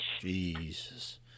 Jesus